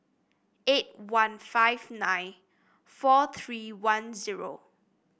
eight one five nine four three one zero